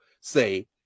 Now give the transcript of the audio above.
say